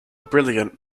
brilliant